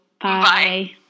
Bye